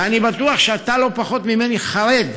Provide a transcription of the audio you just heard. ואני בטוח שאתה לא פחות ממני חרד,